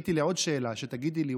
חיכיתי לעוד שאלה שתגידי לי,